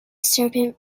serpent